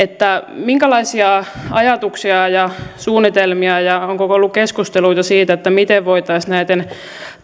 minkälaisia ajatuksia ja suunnitelmia on onko ollut keskusteluita siitä miten voitaisiin näiden